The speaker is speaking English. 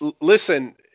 listen